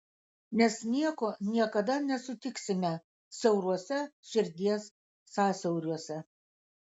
nes nieko niekada nesutiksime siauruose širdies sąsiauriuose